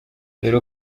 dore